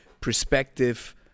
perspective